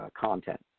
content